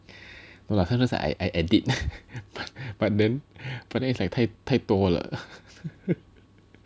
no lah sometimes I I I edit but then but then it's like 太太多了